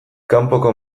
kanpoko